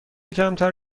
کمتر